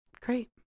Great